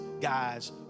guys